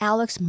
Alex